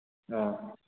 ꯑꯥ